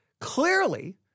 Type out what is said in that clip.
Clearly